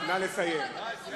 נא לסיים.